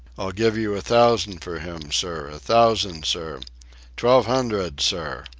i'll give you a thousand for him, sir, a thousand, sir twelve hundred, sir.